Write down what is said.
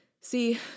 See